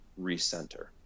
recenter